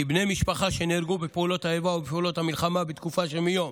כי בני משפחה שנהרגו בפעולות האיבה או בפעולות המלחמה בתקופה שמיום